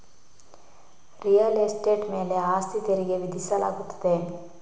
real estate ಮೇಲೆ ಆಸ್ತಿ ತೆರಿಗೆ ವಿಧಿಸಲಾಗುತ್ತದೆ